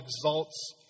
exalts